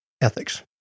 ethics